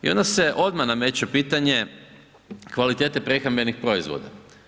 I onda se odmah nameće pitanje kvalitete prehrambenih proizvoda.